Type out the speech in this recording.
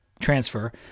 Transfer